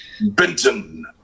Benton